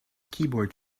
keyboard